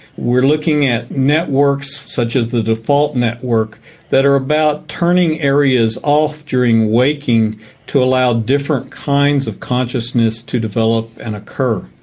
we're looking at networks such as the default network that are about turning areas off during waking to allow different kinds of consciousness to develop and occur.